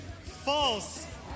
false